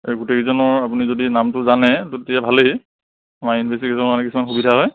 আৰু গোটেই কেইজনৰ আপুনি যদি নামটো জানে তেতিয়া ভালেই আমাৰ ইনভেষ্টিগেচনত কিছুমান সুবিধা হয়